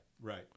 Right